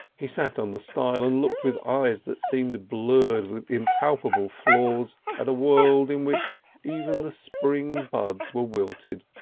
he sat on the stile, and looked with eyes that seemed blurred with impalpable flaws at a world in which even the spring buds were wilted,